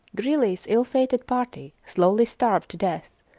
greely's ill-fated party slowly starved to death,